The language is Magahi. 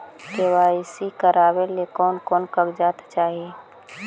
के.वाई.सी करावे ले कोन कोन कागजात चाही?